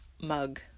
mug